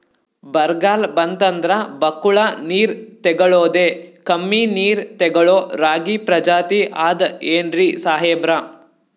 ಬರ್ಗಾಲ್ ಬಂತಂದ್ರ ಬಕ್ಕುಳ ನೀರ್ ತೆಗಳೋದೆ, ಕಮ್ಮಿ ನೀರ್ ತೆಗಳೋ ರಾಗಿ ಪ್ರಜಾತಿ ಆದ್ ಏನ್ರಿ ಸಾಹೇಬ್ರ?